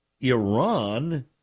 Iran